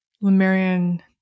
Lemurian